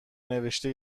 نوشته